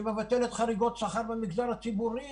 שמבטלת חריגות שכר במגזר הציבורי.